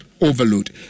overload